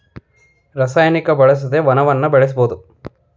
ರಸಾಯನಿಕ ಬಳಸದೆ ವನವನ್ನ ಬೆಳಸುದು